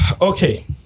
Okay